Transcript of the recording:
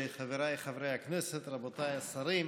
חבריי חברי הכנסת, רבותיי השרים,